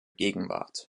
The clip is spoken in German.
gegenwart